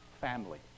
family